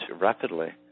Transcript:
rapidly